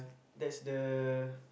that's the